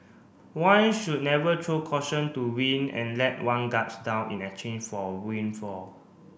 one should never throw caution to wind and let one guards down in exchange for windfall